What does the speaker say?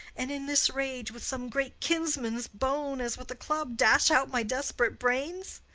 and, in this rage, with some great kinsman's bone as with a club dash out my desp'rate brains?